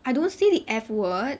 I don't say the F word